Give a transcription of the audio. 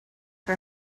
her